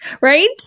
Right